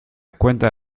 cuenta